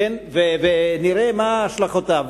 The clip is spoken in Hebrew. ונראה מה השלכותיו,